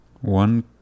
One